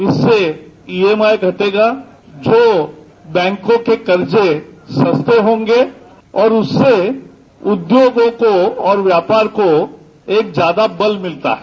इससे ये ईएमआई घटेगा जो बैंकों के कर्जे सस्ते होंगे और उससे उद्योगों को और व्यापार को ज्यादा बल मिलता है